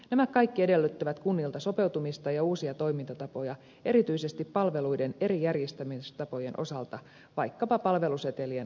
nämä kaikki edellyttävät kunnilta sopeutumista ja uusia toimintatapoja erityisesti palveluiden eri järjestämistapojen osalta vaikkapa palvelusetelien avulla